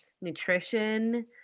nutrition